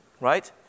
right